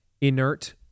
inert